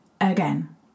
again